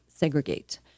segregate